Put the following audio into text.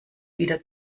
wieder